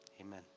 Amen